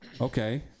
okay